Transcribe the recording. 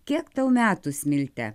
kiek tau metų smilte